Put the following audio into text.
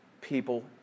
people